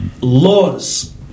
laws